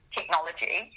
technology